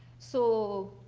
so,